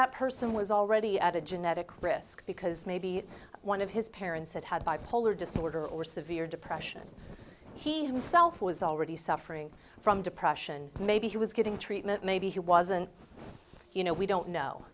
that person was already at a genetic risk because maybe one of his parents had had bipolar disorder or severe depression he himself was already suffering from depression maybe he was getting treatment maybe he wasn't you know we don't know